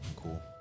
cool